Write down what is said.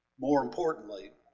more importantly,